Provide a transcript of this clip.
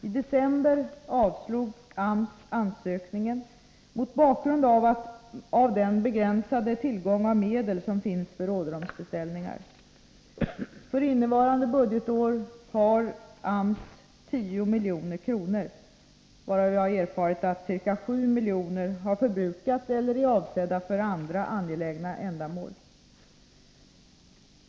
I december avslog AMS ansökningen mot bakgrund av den begränsade tillgång av medel som finns för rådrumsbeställningar. För innevarande budgetår har AMS 10 milj.kr., varav enligt vad jag har erfarit ca. 7 milj.kr. har förbrukats eller är avsedda för andra angelägna ändamål.